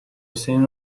حسین